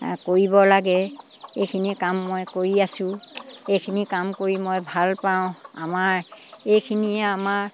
কৰিব লাগে এইখিনি কাম মই কৰি আছো এইখিনি কাম কৰি মই ভালপাওঁ আমাৰ এইখিনিয়ে আমাৰ